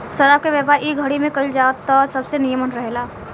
शराब के व्यापार इ घड़ी में कईल जाव त सबसे निमन रहेला